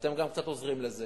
ואתם גם קצת עוזרים לזה,